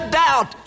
doubt